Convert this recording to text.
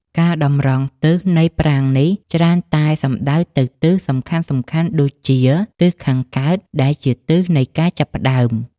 ការតម្រង់ទិសនៃប្រាង្គនេះច្រើនតែសំដៅទៅទិសសំខាន់ៗដូចជាទិសខាងកើត ដែលជាទិសនៃការចាប់ផ្ដើម។